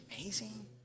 amazing